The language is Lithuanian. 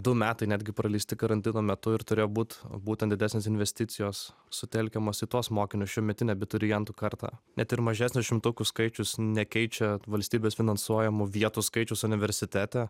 du metai netgi praleisti karantino metu ir turėjo būt būtent didesnės investicijos sutelkiamos į tuos mokinius šiųmetinę abiturientų kartą net ir mažesnis šimtukų skaičius nekeičia valstybės finansuojamų vietų skaičiaus universitete